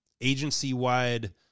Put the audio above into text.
agency-wide